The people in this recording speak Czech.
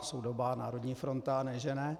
Soudobá národní fronta, ne že ne.